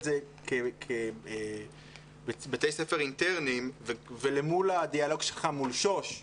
זה כבתי ספר אינטרניים ולמול הדיאלוג שלך מול שוש,